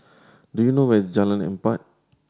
do you know where is Jalan Empat